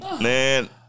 man